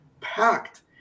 packed